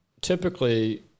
Typically